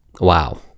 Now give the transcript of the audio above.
wow